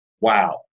Wow